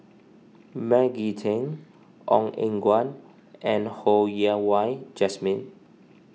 Maggie Teng Ong Eng Guan and Ho Yen Wah Jesmine